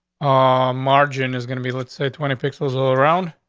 ah, margin is gonna be let's say, twenty pixels little around.